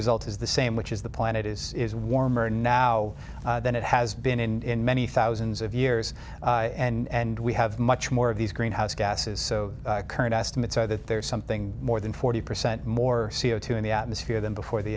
salt is the same which is the planet is warmer now than it has been in many thousands of years and we have much more of these greenhouse gases so current estimates are that there's something more than forty percent more c o two in the atmosphere than before the